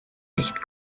nicht